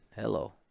Hello